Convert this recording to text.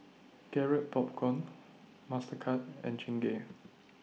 Garrett Popcorn Mastercard and Chingay